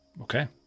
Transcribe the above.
Okay